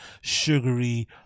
sugary